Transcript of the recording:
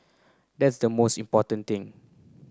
that's the most important thing